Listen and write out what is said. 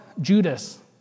Judas